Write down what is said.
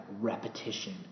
repetition